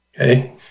okay